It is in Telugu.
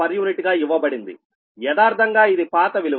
గా ఇవ్వబడిందియదార్ధంగా ఇది పాత విలువ